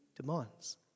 demands